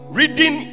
reading